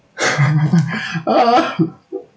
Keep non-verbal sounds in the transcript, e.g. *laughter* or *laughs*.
*laughs* ah *laughs*